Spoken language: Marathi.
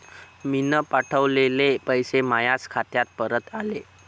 मीन पावठवलेले पैसे मायाच खात्यात परत आले